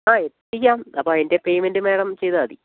ആ എത്തിക്കാം അപ്പോൾ അതിൻറ്റെ പേയ്മെൻറ്റ് മേഡം ചെയ്താൽ മതി